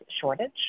shortage